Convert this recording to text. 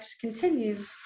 continues